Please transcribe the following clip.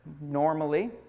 normally